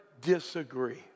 disagree